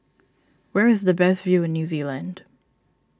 where is the best view in New Zealand